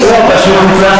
זה בסדר,